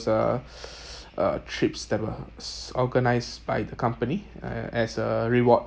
uh trips that was organised by the company uh as a reward